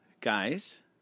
Guys